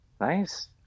Nice